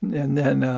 and then